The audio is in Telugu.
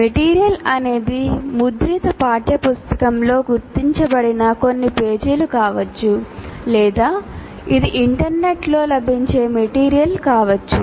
మెటీరియల్ అనేది ముద్రిత పాఠ్యపుస్తకంలో గుర్తించబడిన కొన్ని పేజీలు కావచ్చు లేదా ఇది ఇంటర్నెట్లో లభించే మెటీరియల్ కావచ్చు